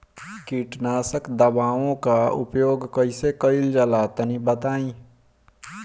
कीटनाशक दवाओं का प्रयोग कईसे कइल जा ला तनि बताई?